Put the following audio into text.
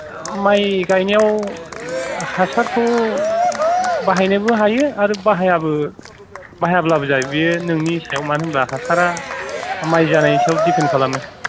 माय गायनायाव हासारखौ बाहायनोबो हायो आरो बाहायाबो बाहायाब्लाबो जायो बेयो नोंनि सायाव मानो होनब्ला हासारा माय जानायनि सायाव दिपेन्द खालामो